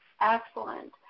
Excellent